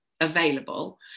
available